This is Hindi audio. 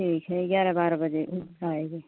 ठीक है ग्यारह बारह बजे आएँगे